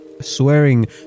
swearing